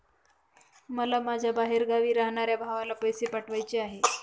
मला माझ्या बाहेरगावी राहणाऱ्या भावाला पैसे पाठवायचे आहे